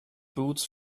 boots